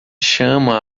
chama